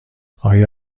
آیا